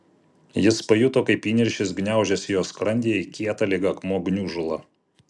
jis pajuto kaip įniršis gniaužiasi jo skrandyje į kietą lyg akmuo gniužulą